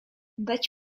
dać